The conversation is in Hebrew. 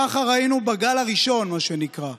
ככה ראינו בגל הראשון, מה שנקרא.